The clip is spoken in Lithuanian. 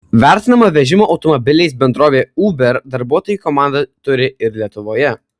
vertinama vežimo automobiliais bendrovė uber darbuotojų komandą turi ir lietuvoje